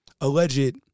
alleged